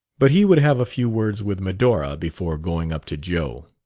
but he would have a few words with medora before going up to joe.